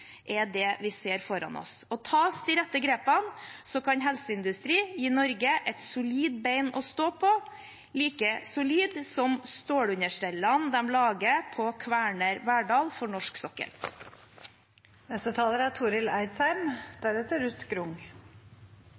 er det vi ser foran oss. Tas de rette grepene, kan helseindustri gi Norge et solid ben å stå på, like solid som stålunderstellene de lager på Kværner Verdal for norsk sokkel. I dag vedtek vi Noregs første stortingsmelding om helsenæringa. Ho er